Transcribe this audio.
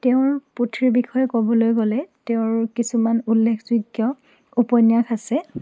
তেওঁৰ পুথিৰ বিষয়ে ক'বলৈ গ'লে তেওঁৰ কিছুমান উল্লেখযোগ্য উপন্যাস আছে